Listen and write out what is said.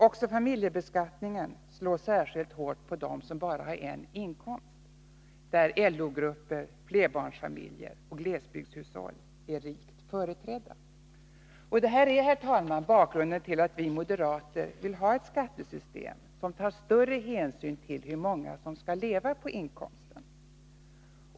Också familjebeskattningen slår särskilt hårt på dem som bara har en inkomst, där LO-grupper, flerbarnsfamiljer och glesbygdshushåll är rikt företrädda. Detta är, herr talman, bakgrunden till att vi moderater vill ha ett skattesystem som tar större hänsyn till hur många som skall leva på inkomsten.